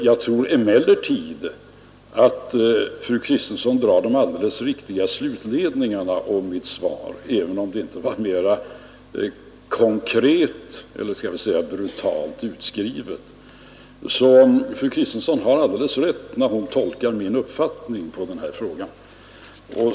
Jag tror emellertid att fru Kristensson drar de alldeles riktiga slutledningarna av mitt svar, även om det inte var mera konkret — eller skall vi säga brutalt — utskrivet. Fru Kristensson har alldeles rätt när hon tolkar min uppfattning i den här frågan.